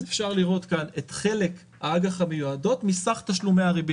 אז אפשר לראות כאן את חלק האג"ח המיועדות מסך תשלומי הריבית.